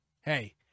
hey